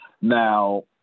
Now